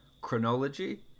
chronology